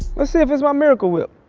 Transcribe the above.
let's see if it's my miracle whip.